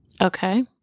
Okay